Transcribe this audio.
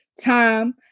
time